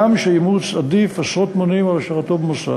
הגם שאימוץ עדיף עשרות מונים על השארתו במוסד.